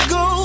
go